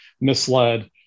misled